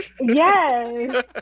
Yes